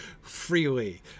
freely